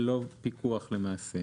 ללא פיקוח למעשה.